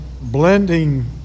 Blending